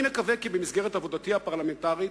אני מקווה כי במסגרת עבודתי הפרלמנטרית,